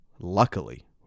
Luckily